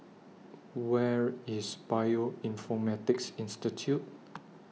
Where IS Bioinformatics Institute